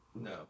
no